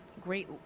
great